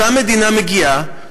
אותה מדינה מגיעה,